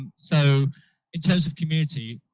and so in terms of community,